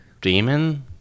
demon